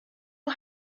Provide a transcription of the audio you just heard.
who